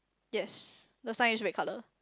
yes the sign is red colour